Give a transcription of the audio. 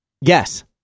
Yes